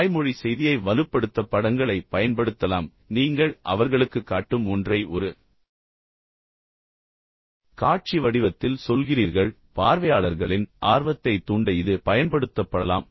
வாய்மொழி செய்தியை வலுப்படுத்த படங்களை பயன்படுத்தலாம் நீங்கள் அவர்களுக்குக் காட்டும் ஒன்றை ஒரு காட்சி வடிவத்தில் சொல்கிறீர்கள் பார்வையாளர்களின் ஆர்வத்தைத் தூண்ட இது பயன்படுத்தப்படலாம்